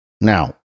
Now